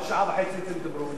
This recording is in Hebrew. עוד שעה וחצי תדברו,